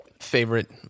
favorite